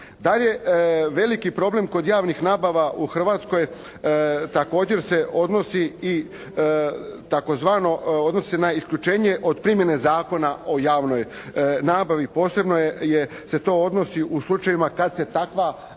Dalje, veliki problem kod javnih nabava u Hrvatskoj je također se odnosi i tzv. odnose se na isključenje od primjene Zakona o javnoj nabavi. Posebno se to odnosi u slučajevima kad se takva nabava